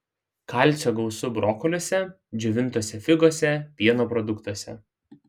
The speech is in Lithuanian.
kalcio gausu brokoliuose džiovintose figose pieno produktuose